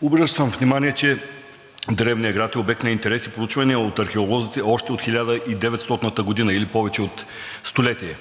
Обръщам внимание, че древният град е обект на интерес и проучвания от археолозите още от 1900 г., или повече от столетие.